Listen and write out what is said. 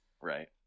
Right